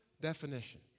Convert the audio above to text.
definition